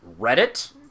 Reddit